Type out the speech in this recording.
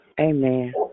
Amen